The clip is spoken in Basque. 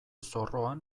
zorroan